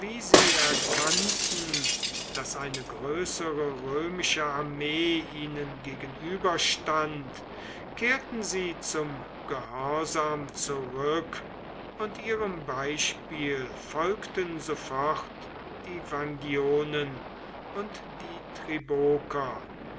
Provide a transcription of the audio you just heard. sie erkannten daß eine größere römische armee ihnen gegenüberstand kehrten sie zum gehorsam zurück und ihrem beispiel folgten sofort die vangionen und die